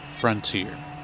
Frontier